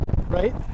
right